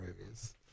movies